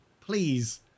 please